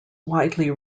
widely